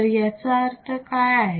तर याचा अर्थ काय आहे